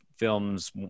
Films